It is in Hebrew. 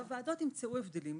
הוועדות ימצאו הבדלים.